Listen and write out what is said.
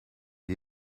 die